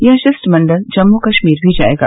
यह शिष्टमंडल जम्मू कश्मीर भी जाएगा